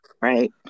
right